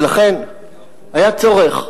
ולכן היה צורך,